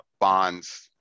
bonds